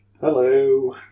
Hello